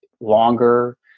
longer